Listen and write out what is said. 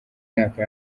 myaka